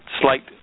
slight